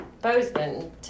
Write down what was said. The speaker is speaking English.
Bozeman